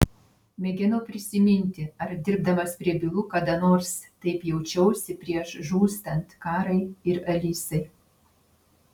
mėginau prisiminti ar dirbdamas prie bylų kada nors taip jaučiausi prieš žūstant karai ir alisai